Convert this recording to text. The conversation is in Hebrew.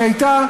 ואני אומר,